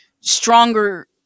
stronger